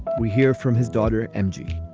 we hear from his daughter, m g.